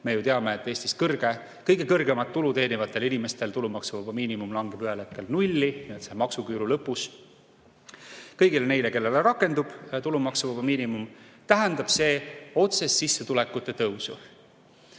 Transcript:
Me ju teame, et Eestis kõige kõrgemat tulu teenivatel inimestel tulumaksuvaba miinimum langeb ühel hetkel nulli, see on maksuküüru lõpus. Kõigile neile, kellele rakendub tulumaksuvaba miinimum, tähendab see otsest sissetulekute tõusu.